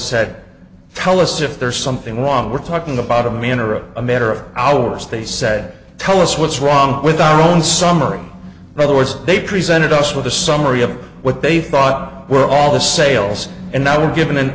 said tell us if there's something wrong we're talking about a man or a matter of hours they said tell us what's wrong with our own summary by the words they presented us with a summary of what they thought were all the sales and now were given